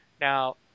Now